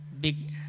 big